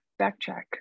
backtrack